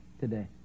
today